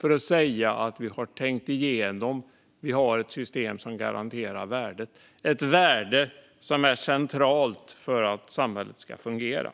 för att säga: Vi har tänkt igenom detta. Vi har ett system som garanterar värdet, ett värde som är centralt för att samhället ska fungera.